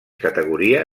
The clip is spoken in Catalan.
categoria